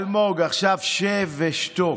אלמוג, עכשיו שב ושתוק.